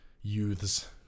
youths